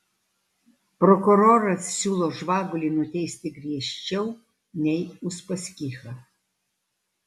prokuroras siūlo žvagulį nuteisti griežčiau nei uspaskichą